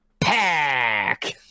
Pack